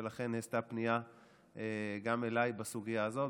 ולכן נעשתה פנייה גם אליי בסוגיה הזאת.